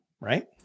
right